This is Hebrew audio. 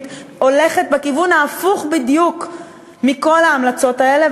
הולכת בכיוון ההפוך בדיוק מכל ההמלצות האלה,